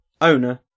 Owner